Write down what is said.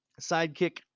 sidekick